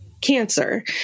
cancer